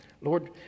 Lord